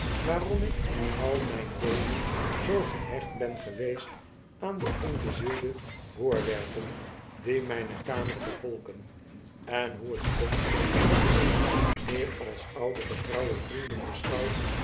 waarom ik al myn leven zoo gehecht ben geweest aan de onbezielde voorwerpen die mpe kamer bevolken en hoe het komt dat ik die meer als oude getrouwe vrienden beschouw